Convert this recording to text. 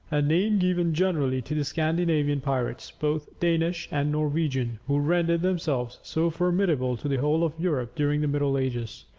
a name given generally to the scandinavian pirates, both danish and norwegian, who rendered themselves so formidable to the whole of europe during the middle ages.